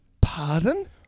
Pardon